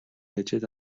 ажил